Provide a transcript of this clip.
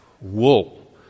wool